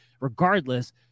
regardless